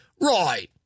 Right